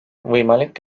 võimalik